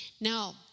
Now